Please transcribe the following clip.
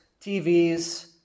TVs